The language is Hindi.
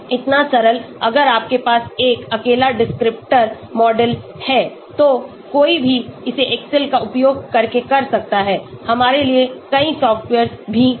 इतना सरल अगर आपके पास एक अकेला डिस्क्रिप्टर मॉडल है तो कोई भी इसे एक्सेल का उपयोग करके कर सकता है हमारे लिए कई सॉफ्टवेअर भी हैं